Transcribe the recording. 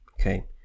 okay